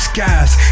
Skies